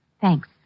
Thanks